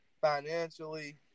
financially